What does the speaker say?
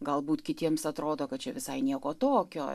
galbūt kitiems atrodo kad čia visai nieko tokio